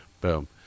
boom